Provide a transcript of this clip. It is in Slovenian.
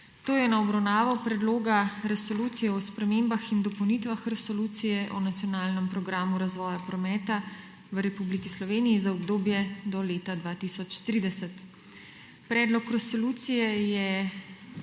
gostje! V Predlogu resolucije o spremembah in dopolnitvah Resolucije o nacionalnem programu razvoja prometa v Republiki Sloveniji za obdobje do leta 2030 so v bistvu zajete